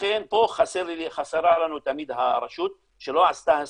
פה חסרה לנו תמיד הרשות שלא עשתה תכנון,